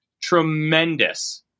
tremendous